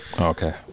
Okay